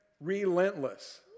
Relentless